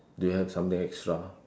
do you have something extra